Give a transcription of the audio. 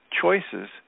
choices